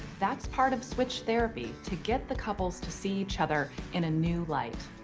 that's part of switch therapy to get the couples to see each other in a new light,